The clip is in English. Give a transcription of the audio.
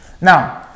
Now